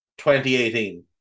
2018